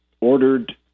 ordered